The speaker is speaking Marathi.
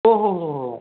ओ हो हो हो हो